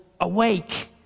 awake